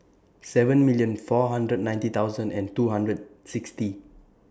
seven million four hundred and ninety thousand and two hundred and sixty